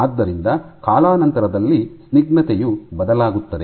ಆದ್ದರಿಂದ ಕಾಲಾನಂತರದಲ್ಲಿ ಸ್ನಿಗ್ಧತೆಯು ಬದಲಾಗುತ್ತದೆ